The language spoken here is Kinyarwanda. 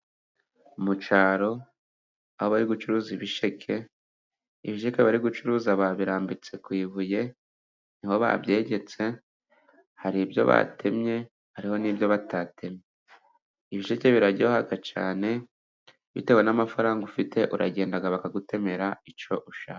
Mu cyaro aho bari gucuruza ibisheke, ibyiza abari gucuruza babirambitse ku ibuye ni ho babyegetse, hari ibyo batemye hariho n'ibyo batatemye. Ibisheke biraryoha cyane bitewe n'amafaranga ufite uragenda bakagutemera icyo ushaka.